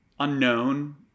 unknown